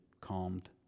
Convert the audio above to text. calmed